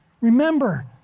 Remember